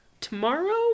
tomorrow